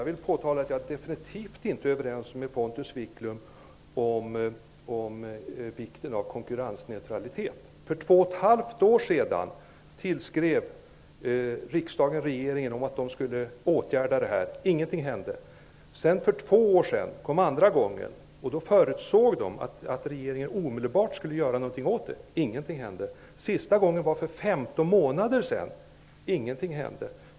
Herr talman! Jag är definitivt inte överens med För två och ett halvt år sedan tillskrev riksdagen regeringen om att regeringen skulle åtgärda det här. Ingenting hände. För två år sedan skrev riksdagen för andra gången. Man förväntade sig att regeringen omedelbart skulle göra någoting. Ingenting hände. Sista gången var för 15 månader sedan. Ingenting hände.